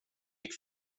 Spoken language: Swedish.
gick